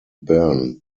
byrne